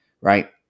right